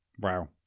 Wow